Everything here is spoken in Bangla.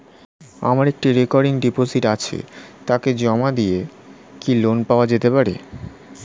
আমার একটি রেকরিং ডিপোজিট আছে তাকে জমা দিয়ে কি লোন পাওয়া যেতে পারে?